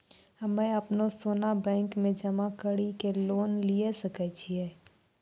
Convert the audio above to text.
हम्मय अपनो सोना बैंक मे जमा कड़ी के लोन लिये सकय छियै?